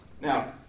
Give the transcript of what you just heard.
Now